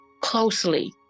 closely